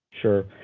sure